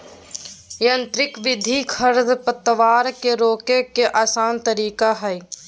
यांत्रिक विधि खरपतवार के रोके के आसन तरीका हइ